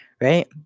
right